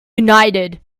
united